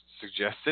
suggested